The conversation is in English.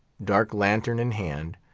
dark-lantern in had,